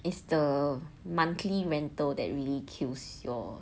it's the monthly rental that really kills your